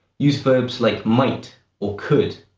use verbs like might or could.